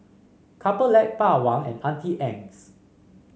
Couple Lab Bawang and Auntie Anne's